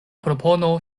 propono